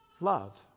love